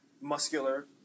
muscular